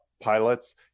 pilots